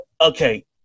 okay